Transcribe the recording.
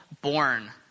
born